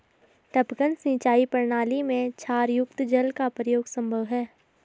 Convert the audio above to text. टपकन सिंचाई प्रणाली में क्षारयुक्त जल का प्रयोग संभव है